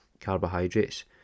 carbohydrates